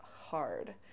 hard